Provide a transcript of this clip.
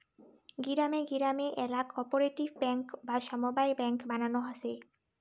গিরামে গিরামে আল্যা কোপরেটিভ বেঙ্ক বা সমব্যায় বেঙ্ক বানানো হসে